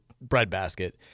breadbasket